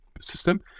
system